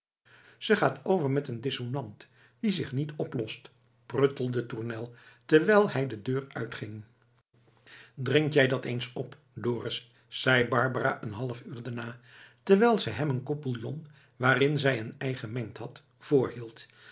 ze gaat over met een dissonant die zich niet oplost pruttelde tournel terwijl hij de deur uitging drink jij dat eens op dorus zei barbara een half uur daarna terwijl zij hem een kop bouillon waarin zij een ei gemengd had